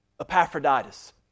Epaphroditus